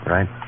Right